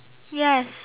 yes